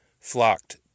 flocked